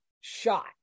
shot